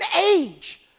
age